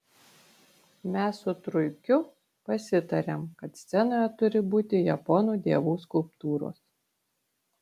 mes su truikiu pasitarėm kad scenoje turi būti japonų dievų skulptūros